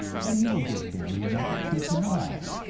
but he will get barely enough to keep him alive,